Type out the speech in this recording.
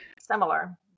Similar